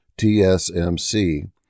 TSMC